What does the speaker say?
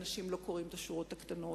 אנשים לא קוראים את השורות הקטנות,